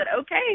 okay